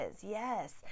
yes